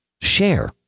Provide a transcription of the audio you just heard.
share